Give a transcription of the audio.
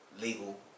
legal